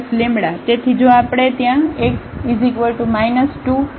તેથી જો આપણે ત્યાં x 2 6 મેળવવા માંગતા હોય